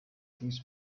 fuß